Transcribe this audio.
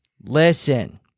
listen